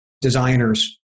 designers